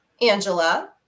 Angela